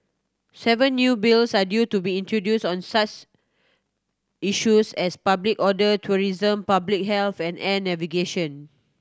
seven new Bills are due to be introduced on such issues as public order tourism public health and air navigation